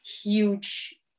huge